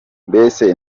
mbese